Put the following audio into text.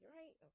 right